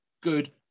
good